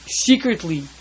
secretly